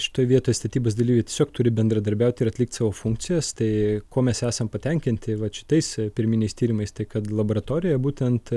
šitoj vietoj statybos dalyviai tiesiog turi bendradarbiaut ir atlikt savo funkcijas tai kuo mes esam patenkinti vat šitais pirminiais tyrimais tai kad laboratorija būtent